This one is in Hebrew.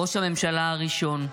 ראש הממשלה הראשון,